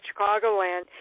Chicagoland